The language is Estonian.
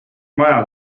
maja